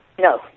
No